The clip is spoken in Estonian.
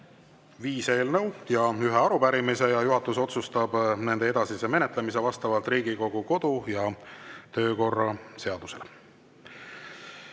viis eelnõu ja ühe arupärimise. Juhatus otsustab nende edasise menetlemise vastavalt Riigikogu kodu‑ ja töökorra seadusele.